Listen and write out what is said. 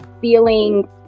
feeling